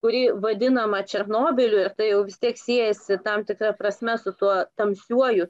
kuri vadinama černobyliu ir tai vis tiek siejasi tam tikra prasme su tuo tamsiuoju